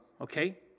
okay